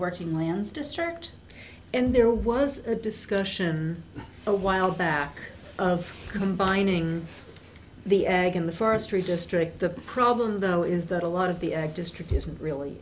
working lands district and there was a discussion a while back of combining the ag and the forestry just rick the problem though is that a lot of the district isn't really